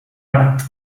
barat